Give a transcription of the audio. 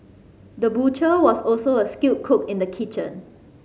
the butcher was also a skilled cook in the kitchen